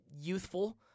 youthful